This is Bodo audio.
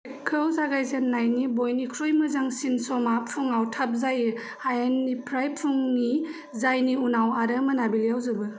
ट्रेकखौ जागायजेननायनि बयनिख्रुइ मोजांसिन समआ फुङाव थाब जायो हायेननिफ्राय फुंनि जायनि उनाव आरो मोनोबिलियाव जोबो